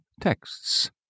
texts